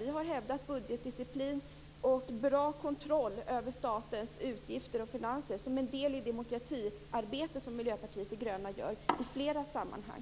Vi har hävdat budgetdisciplin och god kontroll över statens utgifter och finanser som ett led i det demokratiarbete som Miljöpartiet de gröna utför i flera sammanhang.